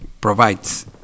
provides